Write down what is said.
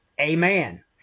Amen